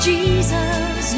Jesus